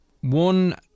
one